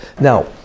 now